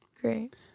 Great